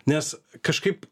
nes kažkaip